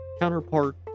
counterpart